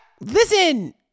Listen